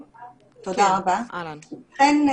אכן,